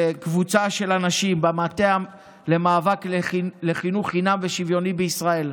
וקבוצה של אנשים במטה למאבק לחינוך חינם ושוויוני בישראלי.